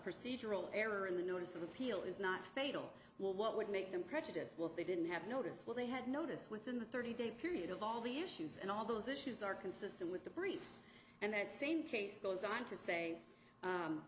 procedural error in the notice of appeal is not fatal what would make them prejudice they didn't have notice what they had noticed within the thirty day period of all the issues and all those issues are consistent with the briefs and that same case goes on to say